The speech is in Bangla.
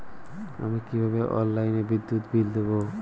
আমি কিভাবে অনলাইনে বিদ্যুৎ বিল দেবো?